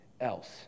else